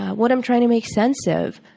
what i'm trying to make sense of.